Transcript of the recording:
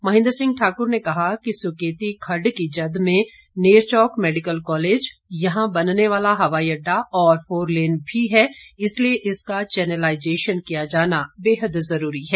महेन्द्र सिंह ठाकुर ने कहा कि सुकेती खड्ड की जद में नैरचौक मैडिकल कॉलेज यहां बनने वाला हवाई अडडा और फोरलेन भी है इसलिए इसका चैनेलाइजेशन किया जाना बेहद जरूरी है